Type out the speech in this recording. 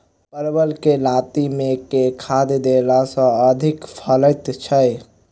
परवल केँ लाती मे केँ खाद्य देला सँ अधिक फरैत छै?